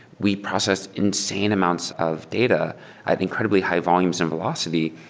we processed insane amounts of data at incredibly high-volumes and velocity.